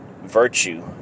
virtue